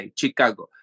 Chicago